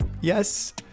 yes